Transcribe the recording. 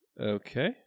Okay